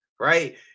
right